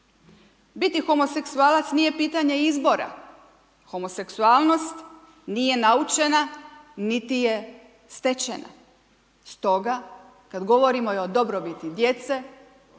Biti homoseksualac nije pitanje izbora, homoseksualnost nije naučena niti je stečena, stoga kad govorimo i o dobrobiti djece